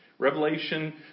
Revelation